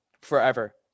forever